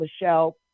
Michelle